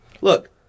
Look